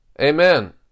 Amen